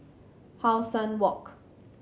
How Sun Walk